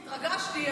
התרגשתי.